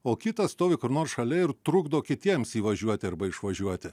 o kitas stovi kur nors šalia ir trukdo kitiems įvažiuoti arba išvažiuoti